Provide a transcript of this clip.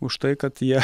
už tai kad jie